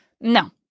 no